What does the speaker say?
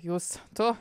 jūs tu